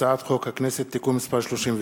מטעם הכנסת: הצעת חוק הכנסת (תיקון מס' 31)